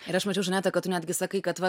ir aš mačiau žaneta kad tu netgi sakai kad va